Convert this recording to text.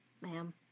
ma'am